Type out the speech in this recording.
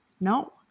No